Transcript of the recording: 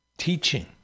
teaching